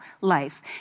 life